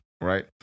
Right